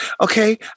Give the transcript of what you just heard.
Okay